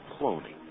cloning